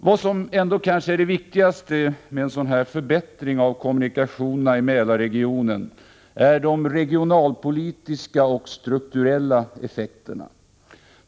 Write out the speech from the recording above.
Vad som kanske är det viktigaste med en sådan här förbättring av kommunikationerna i Mälarregionen är de regionalpolitiska och strukturella effekterna.